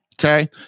Okay